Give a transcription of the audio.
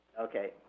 Okay